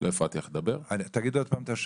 אני לא הפרעתי לך לדבר, סליחה.